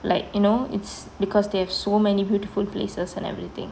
like you know it's because they have so many beautiful places and everything